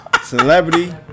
celebrity